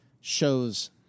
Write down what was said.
shows